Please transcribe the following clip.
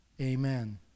Amen